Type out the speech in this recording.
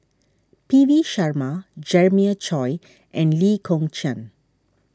P V Sharma Jeremiah Choy and Lee Kong Chian